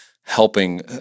helping